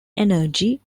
energy